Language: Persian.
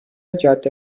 جاده